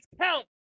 count